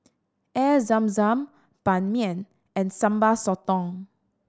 Air Zam Zam Ban Mian and Sambal Sotong